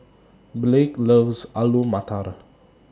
Blake loves Alu Matar